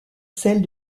celles